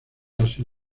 asia